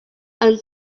and